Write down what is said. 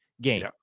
game